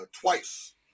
twice